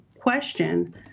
question